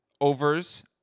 overs